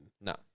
no